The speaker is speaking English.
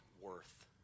worth